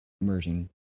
emerging